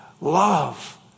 love